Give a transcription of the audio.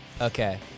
Okay